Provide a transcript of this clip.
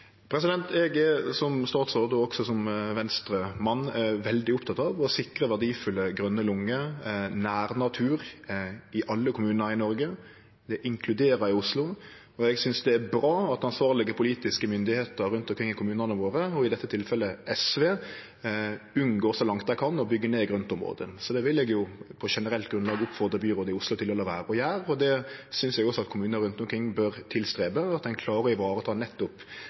Eg er som statsråd og også som Venstre-mann veldig oppteken av å sikre verdifulle grøne lunger og nær natur i alle kommunar i Noreg – det inkluderer Oslo. Eg synest det er bra at ansvarlege politiske myndigheiter rundt omkring i kommunane våre, og i dette tilfellet SV, så langt dei kan, unngår å byggje ned grøntområde. Det vil eg på generelt grunnlag oppfordre byrådet i Oslo til å late vere å gjere, og det synest eg også at kommunar rundt omkring bør jobbe for, at ein klarer å vareta nettopp